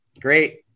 Great